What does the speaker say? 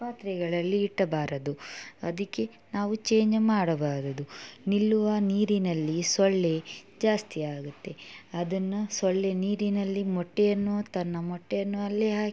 ಪಾತ್ರೆಗಳಲ್ಲಿ ಇಡಬಾರದು ಅದಕ್ಕೆ ನಾವು ಚೇಂಜ್ ಮಾಡಬಾರದು ನಿಲ್ಲುವ ನೀರಿನಲ್ಲಿ ಸೊಳ್ಳೆ ಜಾಸ್ತಿ ಆಗುತ್ತೆ ಅದನ್ನು ಸೊಳ್ಳೆ ನೀರಿನಲ್ಲಿ ಮೊಟ್ಟೆಯನ್ನು ತನ್ನ ಮೊಟ್ಟೆಯನ್ನು ಅಲ್ಲೇ ಹಾಕಿ